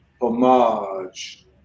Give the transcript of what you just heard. homage